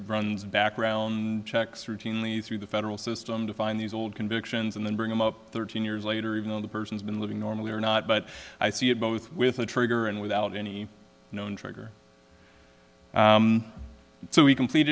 runs background checks routinely through the federal system to find these old convictions and then bring them up thirteen years later even though the person's been living normally or not but i see it both with a trigger and without any known trigger so we c